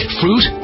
fruit